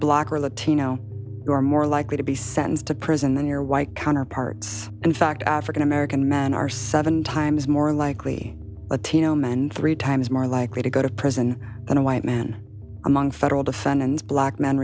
black or latino you are more likely to be sentenced to prison than your white counterparts in fact african american men are seven times more likely to t m and three times more likely to go to prison than white men among federal defendants black men